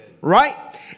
Right